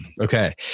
Okay